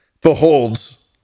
Beholds